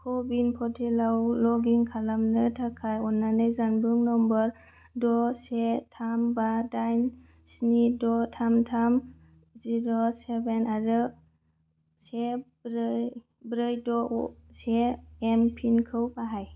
क'विन पर्टेलाव लग इन खालामनो थाखाय अन्नानै जानबुं नम्बर द' से थाम बा दाइन स्नि द' थाम थाम जिर' सेवेन आरो से ब्रै द' से एमपिन खौ बाहाय